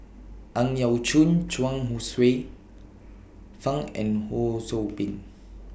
Ang Yau Choon Chuang Hsueh Fang and Ho SOU Ping